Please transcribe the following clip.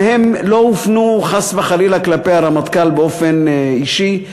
אבל הם לא הופנו חס וחלילה כלפי הרמטכ"ל באופן אישי,